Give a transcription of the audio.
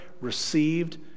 received